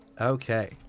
Okay